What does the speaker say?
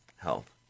health